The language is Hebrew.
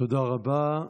תודה רבה.